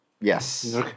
Yes